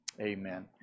Amen